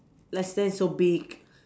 like size so big